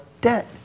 debt